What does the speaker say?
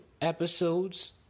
episodes